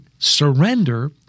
surrender